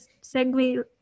segue